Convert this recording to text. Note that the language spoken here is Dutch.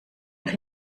nog